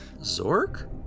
Zork